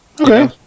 Okay